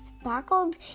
sparkled